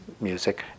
music